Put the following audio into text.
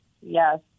yes